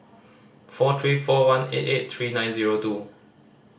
four three four one eight eight three nine zero two